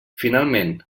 finalment